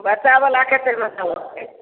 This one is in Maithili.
बच्चाबला कतेक बच्चाबला छै